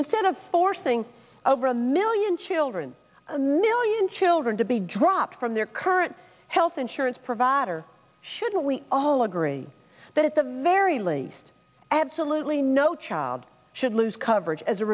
instead of forcing over a million children a million children to be dropped from their current health insurance provider shouldn't we all agree that at the very least absolutely no child should lose coverage as a